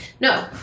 no